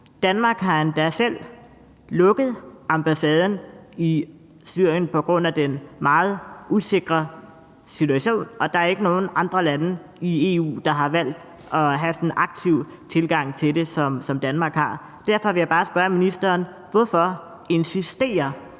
Danmark har endda selv lukket ambassaden i Syrien på grund af den meget usikre situation, og der er ikke nogen andre lande i EU, der har valgt at have en sådan aktiv tilgang til det, som Danmark har. Derfor vil jeg bare spørge ministeren: Hvorfor insisterer